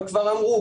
אבל כבר אמרו,